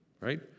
right